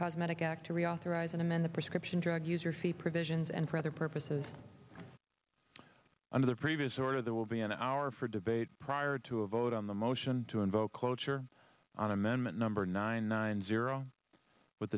cosmetic act to reauthorize and then the prescription drug user fee provisions and for other purposes under the previous order there will be an hour for debate prior to a vote on the motion to invoke cloture on amendment number nine nine zero with